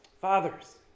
Fathers